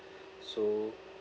so